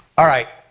alright,